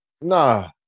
Nah